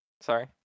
Sorry